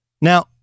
Now